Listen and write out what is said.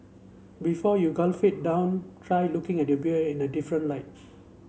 before you quaff it down try looking at your beer in a different light